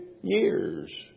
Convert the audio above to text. years